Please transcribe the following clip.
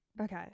Okay